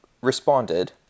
responded